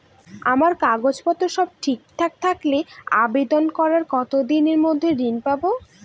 আমার কাগজ পত্র সব ঠিকঠাক থাকলে আবেদন করার কতদিনের মধ্যে ঋণ পাব?